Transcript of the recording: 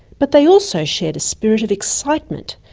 but they also shared a spirit of excitement,